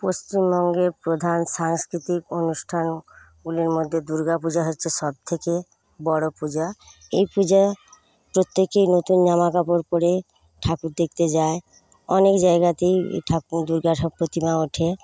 পশ্চিমবঙ্গের প্রধান সাংস্কৃতিক অনুষ্ঠানগুলির মধ্যে দুর্গাপূজা হচ্ছে সবথেকে বড় পূজা এই পূজায় প্রত্যেকেই নতুন জামাকাপড় পরে ঠাকুর দেখতে যায় অনেক জায়াগাতেই ঠাকুর দুর্গা ঠাকুর প্রতিমা ওঠে